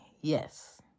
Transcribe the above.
Yes